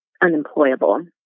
unemployable